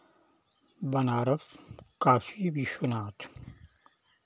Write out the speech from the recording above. Banaras Kashi Vishwanath